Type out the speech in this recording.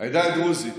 העדה הדרוזית